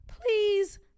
Please